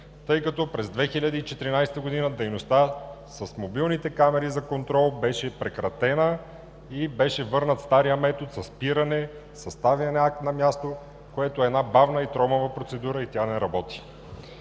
тъй като през 2014 г. дейността с мобилните камери за контрол беше прекратена и беше върнат старият метод със спиране, със съставяне акт на място, което бавна и тромава процедура и тя не работи.